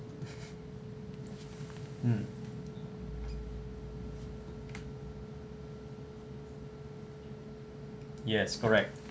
mm yes correct